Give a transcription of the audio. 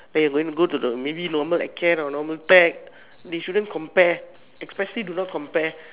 you're going to the maybe normal acad or normal tech they shouldn't compare especially do not compare